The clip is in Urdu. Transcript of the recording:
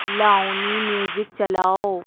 لاؤنی میوزک چلاؤ